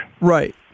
Right